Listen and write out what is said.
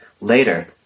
later